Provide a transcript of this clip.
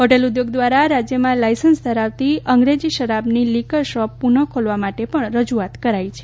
hotel ઉ દ્યોગ દ્વારા રાજયમાં લાઇસન્સ ધરાવતી અંગ્રેજી શરાબની લીકર શોપ પુનઃ ખોલવા માટે પણ રજૂઆત કરાઇ છે